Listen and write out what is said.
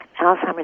Alzheimer's